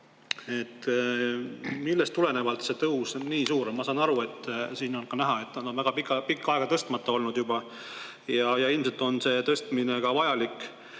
Millest tulenevalt see tõus on nii suur? Ma saan aru, siin on ka näha, et nad on väga pikalt, pikka aega tõstmata olnud juba ja ilmselt on see tõstmine vajalik.